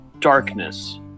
darkness